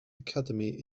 academy